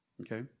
Okay